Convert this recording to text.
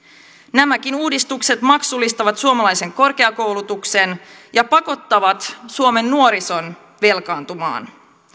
nämäkin uudistukset maksullistavat suomalaisen korkeakoulutuksen ja pakottavat suomen nuorison velkaantumaan